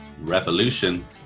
revolution